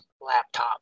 laptop